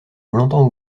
longtemps